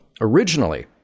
Originally